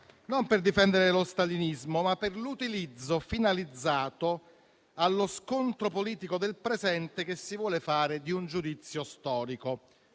non per difendere lo stalinismo, ma per l'utilizzo finalizzato allo scontro politico nel presente che si vuole fare di un giudizio storico.